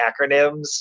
acronyms